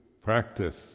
practice